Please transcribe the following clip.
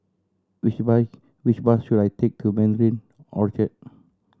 which which bus should I take to Mandarin Orchard